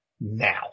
now